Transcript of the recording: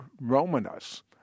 Romanus